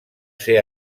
ser